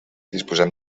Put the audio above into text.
disposem